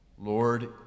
Lord